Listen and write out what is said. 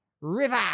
River